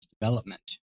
development